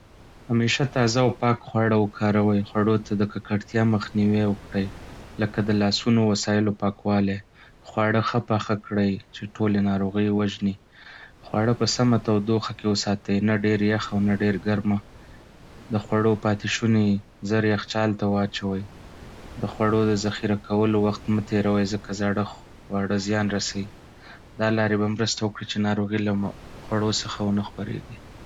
همېشه تازه او پاک خواړه وکاروئ. خوړو ته د ککړتیا مخنیوی وکړئ، لکه د لاسونو او وسایلو پاکوالی. خواړه ښه پخه کړئ چې ټولې ناروغۍ وژنې. خواړه په سمه تودوخه کې وساتئ، نه ډېر یخ او نه ډېر ګرمه. د خوړو پاتې شونې ژر یخچال ته واچوئ. د خوړو د ذخیره کولو وخت مه تېروئ، ځکه زاړه خواړه زیان رسوي. دا لارې به مرسته وکړي چې ناروغۍ له خوړو څخه ونه خپرېږي.